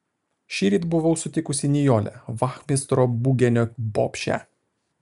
šįryt buvau sutikusi nijolę vachmistro bugenio bobšę